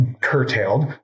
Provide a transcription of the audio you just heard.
curtailed